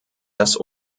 dass